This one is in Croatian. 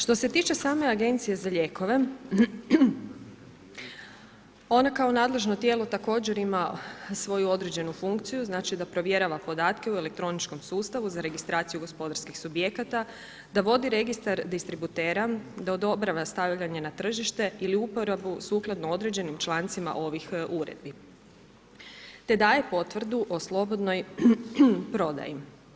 Što se tiče same Agencije za lijekove, ona kao nadležno tijelo također ima svoju određenu funkciju, znači da provjerava podatke u elektroničkom sustavu za registracijsku gospodarskih subjekata, da vodi registar distributera, da odobrava stavljanje na tržište ili uporabu sukladno određenim člancima ovih uredbi te da je potvrdu o slobodnoj prodaji.